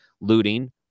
looting